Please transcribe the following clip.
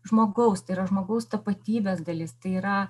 žmogaus tai yra žmogaus tapatybės dalis tai yra